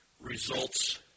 results